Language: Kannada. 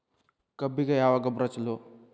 ಕಬ್ಬಿಗ ಯಾವ ಗೊಬ್ಬರ ಛಲೋ?